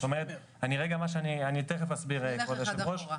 אני תיכף אסביר, כבוד היושב-ראש.